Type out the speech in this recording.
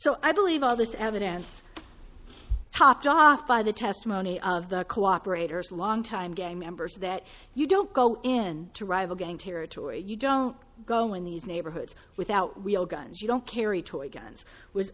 so i believe all this evidence hotjobs by the testimony of the cooperators longtime gang members that you don't go in to rival gang territory you don't go in these neighborhoods without real guns you don't carry toy guns w